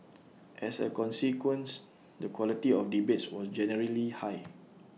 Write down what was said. as A consequence the quality of debates was generally high